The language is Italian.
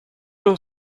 non